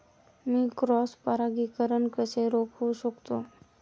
मी cross परागीकरण कसे रोखू शकतो?